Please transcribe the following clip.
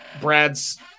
Brad's –